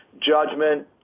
judgment